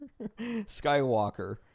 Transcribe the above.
Skywalker